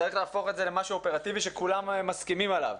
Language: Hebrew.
צריך להפוך את זה למשהו אופרטיבי שכולם מסכימים עליו.